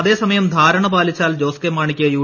അ്തേസമയം ധാരണ പാലിച്ചാൽ ജോസ് കെ മാണിക്ക് യ്യു